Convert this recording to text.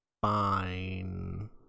fine